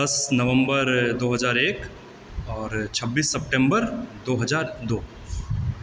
दस नवम्बर दू हजार एक आओर छब्बीस सेप्टेम्बर दू हजार दू